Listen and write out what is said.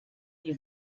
sie